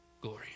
glory